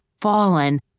fallen